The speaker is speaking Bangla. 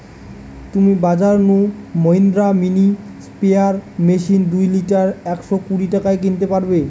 তুমি বাজর নু মহিন্দ্রা মিনি স্প্রেয়ার মেশিন দুই লিটার একশ কুড়ি টাকায় কিনতে পারবে